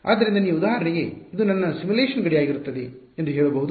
ಆದ್ದರಿಂದ ನೀವು ಉದಾಹರಣೆಗೆ ಇದು ನನ್ನ ಸಿಮ್ಯುಲೇಶನ್ ಗಡಿಯಾಗಿರುತ್ತದೆ ಎಂದು ಹೇಳಬಹುದು